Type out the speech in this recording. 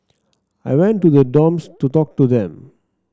I went to the dorms to talk to them